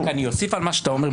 רק אני אוסיף על מה שאתה אומר,